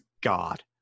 God